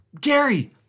Gary